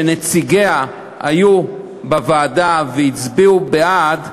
שנציגיה היו בוועדה והצביעו בעד,